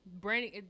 branding